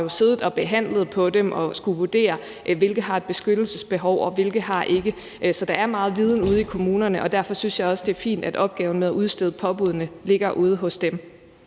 og har jo siddet og behandlet på dem og skullet vurdere, hvilke der har et beskyttelsesbehov, og hvilke der ikke har. Så der er meget viden ude i kommunerne, og derfor synes jeg også, det er fint, at opgaven med at udstede påbuddene ligger ude hos dem.